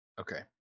Okay